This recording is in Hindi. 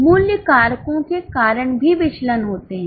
मूल्य कारकों के कारण भी विचलन होते हैं